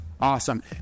awesome